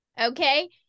okay